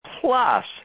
plus